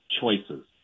choices